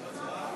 משמעותי,